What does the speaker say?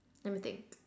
let me think